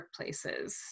workplaces